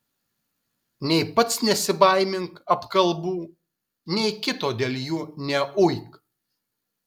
nei pats nesibaimink apkalbų nei kito dėl jų neuik